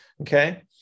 Okay